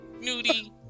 Nudie